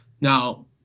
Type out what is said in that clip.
Now